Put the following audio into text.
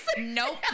Nope